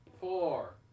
four